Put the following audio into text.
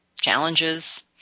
challenges